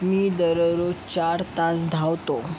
मी दररोज चार तास धावतो